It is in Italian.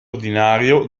ordinario